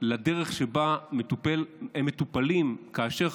לדרך שבה הם מטופלים כאשר,